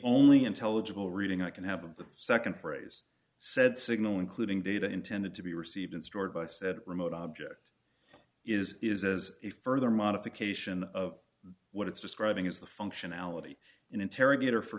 only intelligible reading i can have of the nd phrase said signal including data intended to be received and stored by said remote object is is as a further modification of what it's describing is the functionality an interrogator for